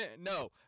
No